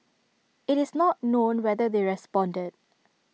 IT is not known whether they responded